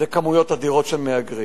אלה כמויות אדירות של מהגרים.